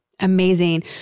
Amazing